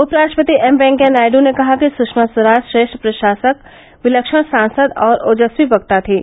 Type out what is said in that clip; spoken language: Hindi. उप राष्ट्रपति एम वेंकैया नायड ने कहा कि सृषमा स्वराज श्रेष्ठ प्रशासक विलक्षण सांसद और ओजस्वी वक्ता थीं